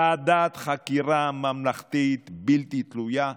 ועדת חקירה ממלכתית בלתי תלויה עכשיו,